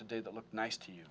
to do that look nice to you